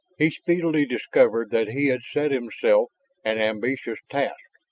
he speedily discovered that he had set himself an ambitious task.